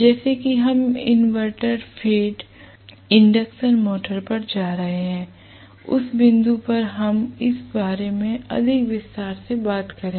जैसा कि हम इन्वर्टर फेड इंडक्शन मोटर पर जा रहे हैं उस बिंदु पर हम इस बारे में अधिक विस्तार से बात करेंगे